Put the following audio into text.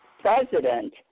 president